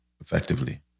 effectively